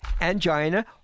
angina